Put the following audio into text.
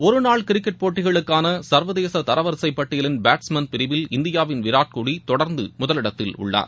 ஒருநாள் கிரிக்கெட் போட்டிகளுக்கான சர்வதேச தரவரிசைப் பட்டியலின் பேட்ஸ்மேன் பிரிவில் இந்தியாவின் விராட் கோலி தொடர்ந்து முதலிடத்தில் உள்ளார்